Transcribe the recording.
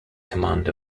command